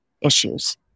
issues